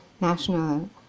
national